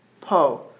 po